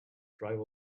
drive